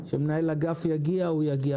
כשנרצה שמנהל אגף יגיע הוא יגיע.